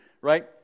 right